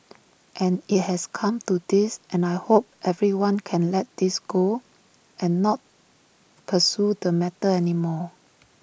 and IT has come to this and I hope everyone can let this go and not pursue the matter anymore